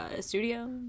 studio